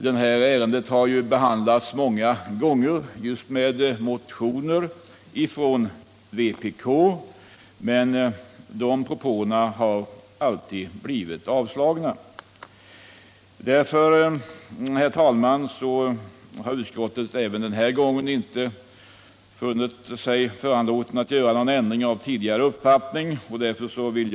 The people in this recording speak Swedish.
Detta ärende har behandlats många gånger med anledning av motioner från just vpk, men dessa propåer har alltid blivit avslagna.